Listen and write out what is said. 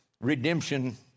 redemption